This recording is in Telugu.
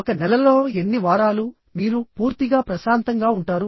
ఒక నెలలో ఎన్ని వారాలు మీరు పూర్తిగా ప్రశాంతంగా ఉంటారు